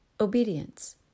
obedience